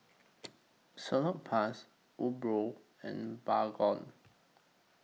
Salonpas Umbro and Baygon